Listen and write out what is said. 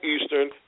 Eastern